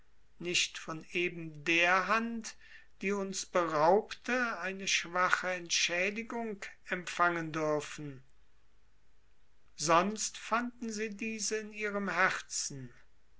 nicht von eben der hand die uns beraubte eine schwache entschädigung empfangen dürfen sonst fanden sie diese in ihrem herzen